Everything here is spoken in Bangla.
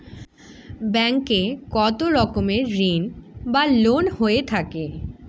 ব্যাংক এ কত রকমের ঋণ বা লোন হয়ে থাকে?